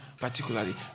particularly